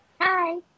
hi